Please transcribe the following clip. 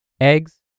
eggs